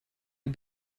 you